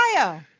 Ohio